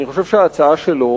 אני חושב שההצעה שלו